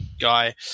guy